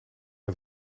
het